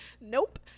Nope